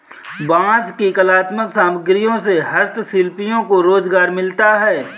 बाँस की कलात्मक सामग्रियों से हस्तशिल्पियों को रोजगार मिलता है